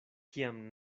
kiam